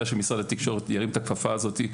שמשרד התקשורת ירים את הכפפה הזאת,